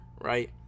right